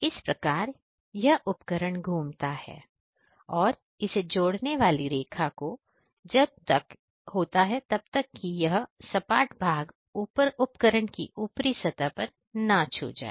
इस प्रकार यह उपकरण घूमता है और इस जोड़ने वाली रेखा को यह तब तक होता है जब तक कि यह सपाट भाग उपकरण की ऊपरी सतह पर ना छू जाए